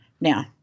Now